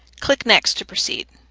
click next to precede.